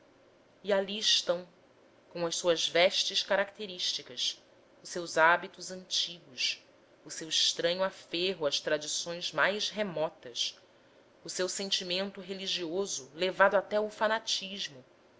ali estão com as suas vestes características os seus hábitos antigos o seu estranho aferro às tradições mais remotas o seu sentimento religioso levado até ao fanatismo